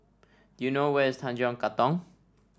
you know where is Tanjong Katong